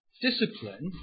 discipline